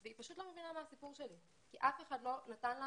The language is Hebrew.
והיא פשוט לא מבינה מה הסיפור שלי כי אף אחד לא נתן לה